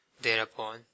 thereupon